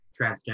transgender